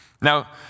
Now